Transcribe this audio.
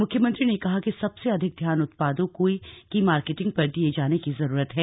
मुख्यमंत्री ने कहा कि सबसे अधिक ध्यान उत्पादों की मार्केटिंग पर दिए जाने की जरूरत है